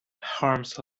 harms